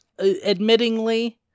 admittingly